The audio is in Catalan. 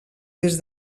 des